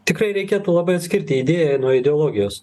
tikrai reikėtų labai atskirti idėją nuo ideologijos